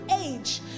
age